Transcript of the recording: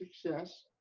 success